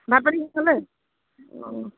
ভাত পানী খালে অঁ